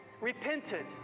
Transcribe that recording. repented